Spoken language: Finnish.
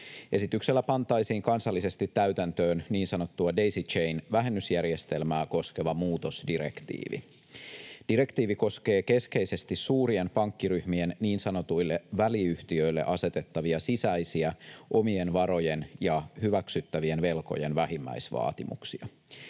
Esityksellä pantaisiin kansallisesti täytäntöön niin sanottua Daisy Chain -vähennysjärjestelmää koskeva muutosdirektiivi. Direktiivi koskee keskeisesti suurien pankkiryhmien niin sanotuille väliyhtiöille asetettavia sisäisiä omien varojen ja hyväksyttävien velkojen vähimmäisvaatimuksia.